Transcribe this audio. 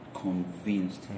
Convinced